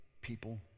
people